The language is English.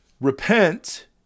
Repent